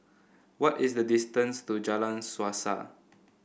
what is the distance to Jalan Suasa